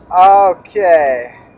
Okay